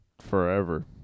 forever